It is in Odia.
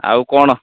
ଆଉ କ'ଣ